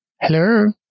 hello